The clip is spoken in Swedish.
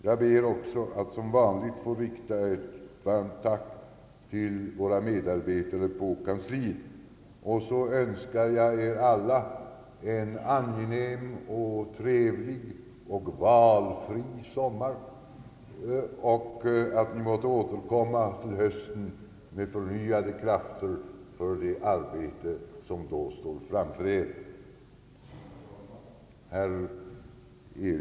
Jag ber också att som vanligt få rikta ett varmt tack till våra medarbetare på kansliet. | Jag önskar er alla en angenäm, trevlig och valfri sommar och att ni måtte återkomma till höstens arbete med förnyade krafter.